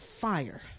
fire